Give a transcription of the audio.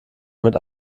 mit